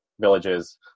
villages